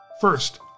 First